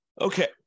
okay